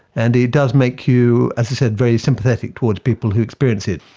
and it does make you, as i said, very sympathetic towards people who experience it.